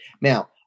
Now